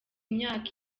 myaka